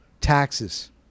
Taxes